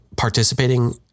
participating